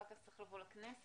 זה חייב לבוא לכנסת,